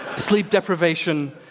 sleep deprivation,